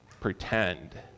pretend